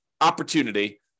opportunity